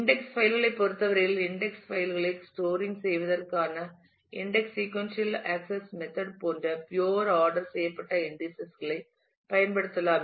index file களைப் பொறுத்தவரையில் index file களை ஸ்டோரிங் செய்வதற்கான இன்டெக்ஸ் சீக்கொன்சியல் ஆக்சஸ் மெத்தட் போன்ற பியூர் ஆர்டர் செய்யப்பட்ட இன்டீஸஸ் களை பயன்படுத்தலாம்